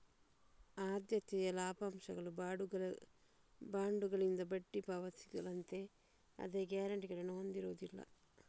ಆದ್ಯತೆಯ ಲಾಭಾಂಶಗಳು ಬಾಂಡುಗಳಿಂದ ಬಡ್ಡಿ ಪಾವತಿಗಳಂತೆಯೇ ಅದೇ ಗ್ಯಾರಂಟಿಗಳನ್ನು ಹೊಂದಿರುವುದಿಲ್ಲ